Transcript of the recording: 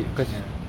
ya